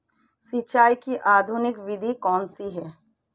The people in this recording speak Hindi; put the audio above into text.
सिंचाई की आधुनिक विधि कौनसी हैं?